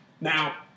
Now